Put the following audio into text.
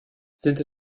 sind